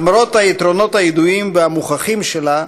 למרות היתרונות הידועים והמוכחים שלה,